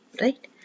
Right